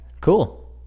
Cool